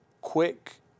quick